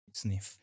sniff